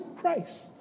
Christ